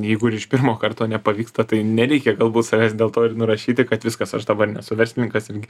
jeigu ir iš pirmo karto nepavyksta tai nereikia galbūt savęs dėl to ir nurašyti kad viskas aš dabar nesu verslininkas ir g